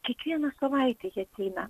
kiekvieną savaitę jie ateina